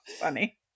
Funny